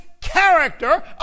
character